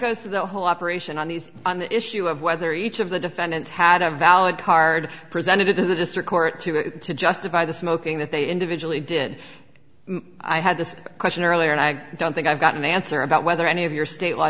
goes through the whole operation on these on the issue of whether each of the defendants had a valid card presented to the district court to justify the smoking that they individually did i had this question earlier and i don't think i've got an answer about whether any of your state law